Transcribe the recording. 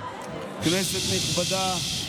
כנסת נכבדה,